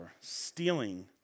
stealing